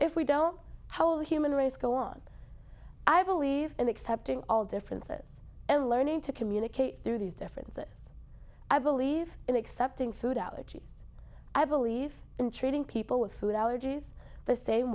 if we don't know how the human race go on i believe in accepting all differences and learning to communicate through these differences i believe in accepting food allergy i believe in treating people with food allergies the same